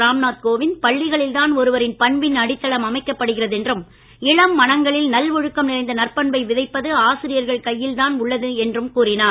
ராம்நாத் கோவிந்த் பள்ளிகளில்தான் ஒருவரின் பண்பின் அடித்தளம் அமைக்கப்படுகிறது என்றும் இளம் மனங்களில் நல் ஒழுக்கம் நிறைந்த நற்பண்பை விதைப்பது ஆசிரியர்கள் கையில்தான் உள்ளது என்றார்